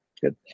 Good